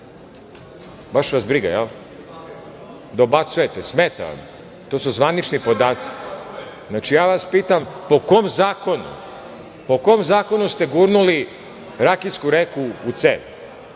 Baš vas briga jel? Dobacujete. Smeta vam. To su zvanični podaci. Pitam vas – po kom zakonu ste gurnuli Rakitsku reku u cev?